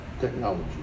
technology